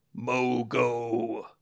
Mogo